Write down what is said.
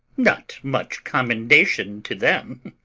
not much commendation to them?